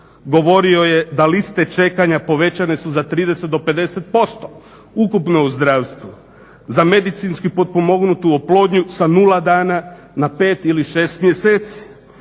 govorio je da liste čekanja, povećane su za 30 do 50%, ukupno u zdravstvu. Za medicinski potpomognutu oplodnju sa 0 dana, na 5 ili 6 mjeseci.